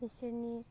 बिसोरनि